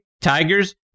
Tigers